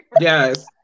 Yes